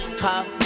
puff